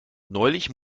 neulich